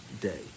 day